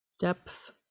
depth